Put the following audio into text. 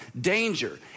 danger